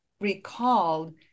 recalled